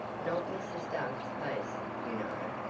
not mrs. doug's face, you know.